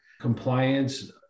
compliance